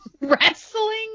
Wrestling